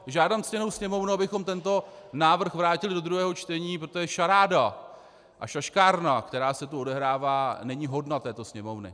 Žádám ctěnou Sněmovnu, abychom tento návrh vrátili do druhého čtení, protože šaráda a šaškárna, která se tu odehrává, není hodna této Sněmovny.